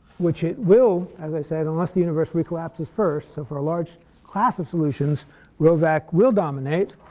which it will, as i said, unless the universe re-collapses first so for a large class of solutions rho vac will dominate